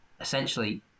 essentially